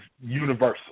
universal